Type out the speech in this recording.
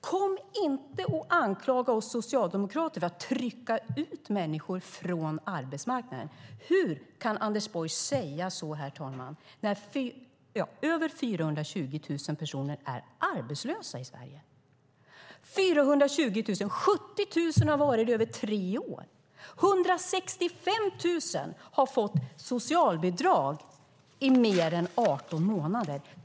Kom inte och anklaga oss socialdemokrater för att trycka ut människor från arbetsmarknaden! Hur kan Anders Borg säga så, herr talman, när över 420 000 personer är arbetslösa i Sverige? 70 000 har varit arbetslösa i över tre år. 165 000 har fått socialbidrag i mer än 18 månader.